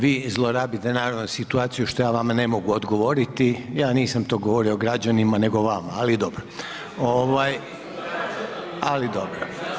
Vi zlorabite naravno situaciju što ja vama ne mogu odgovoriti, ja nisam to govorio građanima nego vama ali dobro.